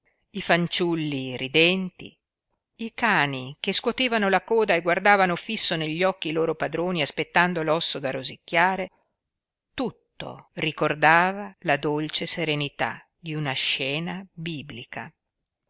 i fanciulli ridenti i cani che scuotevano la coda e guardavano fisso negli occhi i loro padroni aspettando l'osso da rosicchiare tutto ricordava la dolce serenità di una scena biblica